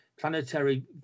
planetary